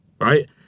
right